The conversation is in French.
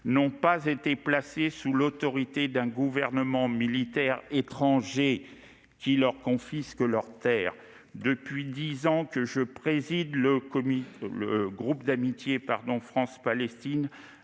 n'ont pas été placés sous l'autorité d'un gouvernement militaire étranger qui confisque leurs terres. Depuis dix ans que je préside le groupe d'amitié France-Palestine,